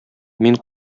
мин